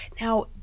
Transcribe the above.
now